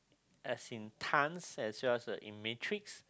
as in tonnes as well as in metrics